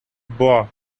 boah